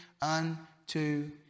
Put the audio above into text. unto